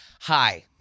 hi